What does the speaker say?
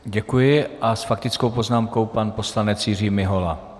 Děkuji a s faktickou poznámkou pan poslanec Jiří Mihola.